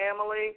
family